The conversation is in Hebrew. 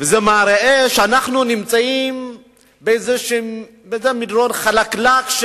וזה מראה שאנחנו נמצאים באיזה מדרון חלקלק.